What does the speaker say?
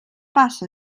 passa